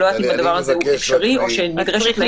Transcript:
אני לא יודעת אם הדבר הזה הוא אפשרי או שנדרש מהם